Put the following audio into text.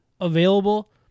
available